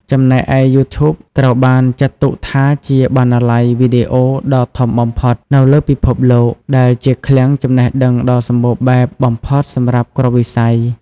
ចំណែកឯយូធូប ត្រូវបានចាត់ទុកថាជាបណ្ណាល័យវីដេអូដ៏ធំបំផុតនៅលើពិភពលោក ដែលជាឃ្លាំងចំណេះដឹងដ៏សម្បូរបែបបំផុតសម្រាប់គ្រប់វិស័យ។